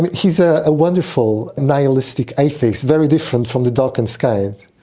but he's ah a wonderful nihilistic atheist, very different from the dawkins kind,